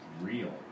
real